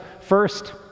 first